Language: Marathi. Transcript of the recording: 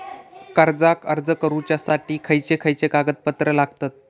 कर्जाक अर्ज करुच्यासाठी खयचे खयचे कागदपत्र लागतत